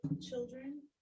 Children